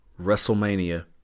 WrestleMania